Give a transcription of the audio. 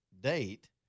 date